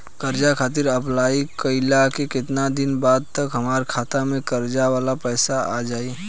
कर्जा खातिर अप्लाई कईला के केतना दिन बाद तक हमरा खाता मे कर्जा वाला पैसा आ जायी?